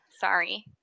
sorry